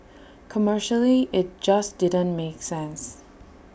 commercially IT just didn't make sense